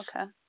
Okay